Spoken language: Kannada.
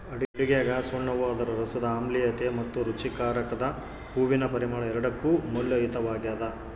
ಅಡುಗೆಗಸುಣ್ಣವು ಅದರ ರಸದ ಆಮ್ಲೀಯತೆ ಮತ್ತು ರುಚಿಕಾರಕದ ಹೂವಿನ ಪರಿಮಳ ಎರಡಕ್ಕೂ ಮೌಲ್ಯಯುತವಾಗ್ಯದ